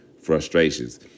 frustrations